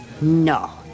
No